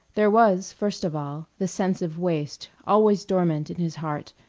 there was, first of all, the sense of waste, always dormant in his heart,